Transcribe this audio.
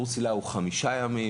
קורס צלילה הוא חמישה ימים,